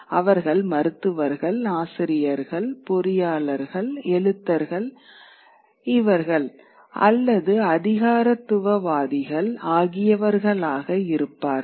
அவர்கள் மருத்துவர்கள் ஆசிரியர்கள் பொறியாளர்கள் எழுத்தர்கள் இவர்கள் அல்லது அதிகாரத்துவவாதிகள் ஆகியவர்களாக இருப்பார்கள்